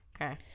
Okay